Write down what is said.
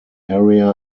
area